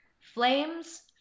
Flames